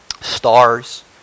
stars